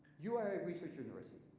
you are a research university,